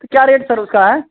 तो क्या rate sir उसका है